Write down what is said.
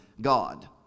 God